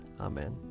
Amen